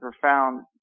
profound